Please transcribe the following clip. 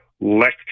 lecture